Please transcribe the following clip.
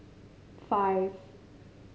five